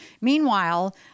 Meanwhile